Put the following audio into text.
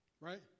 right